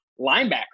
linebacker